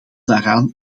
daaraan